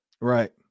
Right